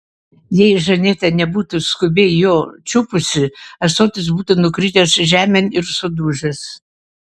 jei žaneta nebūtų skubiai jo čiupusi ąsotis būtų nukritęs žemėn ir sudužęs